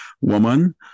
woman